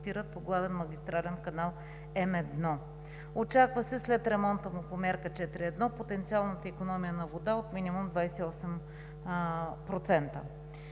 Очаква се след ремонта му по Мярка 4.1 потенциална икономия на вода от минимум 28%.